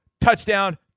Touchdown